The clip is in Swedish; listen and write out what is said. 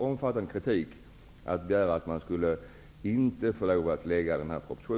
Jag visste att det fanns en omfattande kritik.